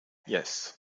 yes